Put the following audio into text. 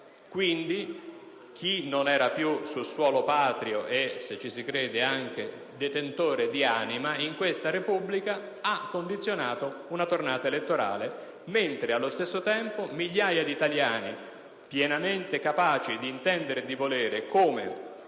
Dunque, chi non era più sul suolo patrio e, se ci si crede, anche detentore di anima, in questa Repubblica ha condizionato una tornata elettorale, mentre allo stesso tempo migliaia di italiani, pienamente capaci di intendere e di volere, come